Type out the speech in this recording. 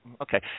okay